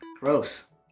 Gross